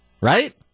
right